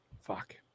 Fuck